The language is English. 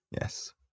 yes